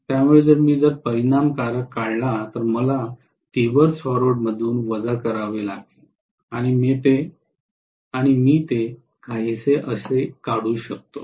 त्यामुळे जर मी जर परिणामकारक काढला तर मला रिव्हर्स फॉरवर्डमधून वजा करावे लागेल आणि मी ते काहीसे असे काढू शकतो